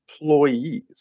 employees